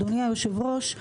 אדוני היושב-ראש,